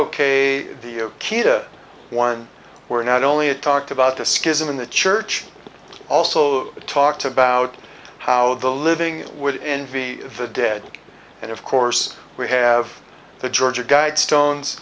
kita one we're not only it talked about the schism in the church also talked about how the living would envy the dead and of course we have the georgia guidestones